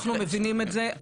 אנחנו מבינים את זה,